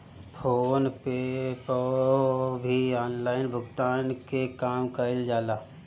phone पे पअ भी online भुगतान के काम कईल जाला